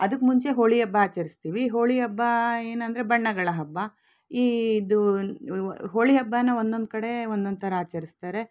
ಅದಕ್ಕೆ ಮುಂಚೆ ಹೋಳಿ ಹಬ್ಬ ಆಚರಿಸ್ತೀವಿ ಹೋಳಿ ಹಬ್ಭ ಏನೆಂದ್ರೆ ಬಣ್ಣಗಳ ಹಬ್ಬ ಈ ಇದು ಹೋಳಿ ಹಬ್ಬನ ಒಂದೊಂದು ಕಡೆ ಒಂದೊಂದು ಥರ ಆಚರಿಸ್ತಾರೆ